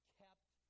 kept